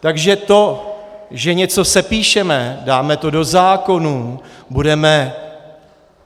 Takže to, že něco sepíšeme, dáme to do zákonů, budeme